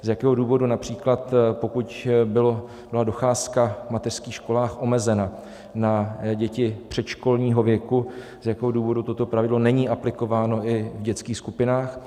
Z jakého důvodu například, pokud byla docházka v mateřských školách omezena na děti předškolního věku, toto pravidlo není aplikováno i v dětských skupinách?